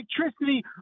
electricity